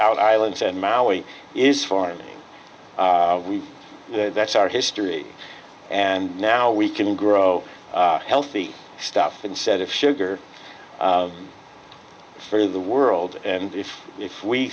out islands and maui is farming we that's our history and now we can grow healthy stuff instead of sugar for the world and if if we